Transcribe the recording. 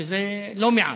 שזה לא מעט.